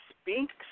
speaks